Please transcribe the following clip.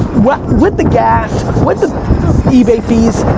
with the gas, with the ebay fees,